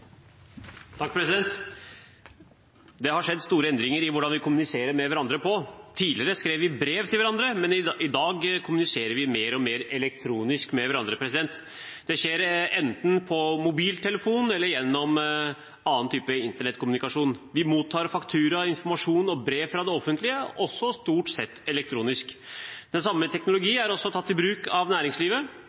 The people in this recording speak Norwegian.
Det har skjedd store endringer i måten vi kommuniserer med hverandre på. Tidligere skrev vi brev til hverandre, men i dag kommuniserer vi mer og mer elektronisk med hverandre. Det skjer enten på mobiltelefon eller gjennom internettkommunikasjon. Vi mottar fakturaer, informasjon og brev fra det offentlige stort sett elektronisk. Den samme teknologien er tatt i bruk av næringslivet.